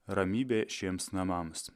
ramybė šiems namams